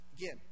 Again